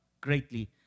greatly